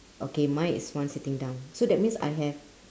okay mine is one sitting down so that means I have